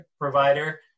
provider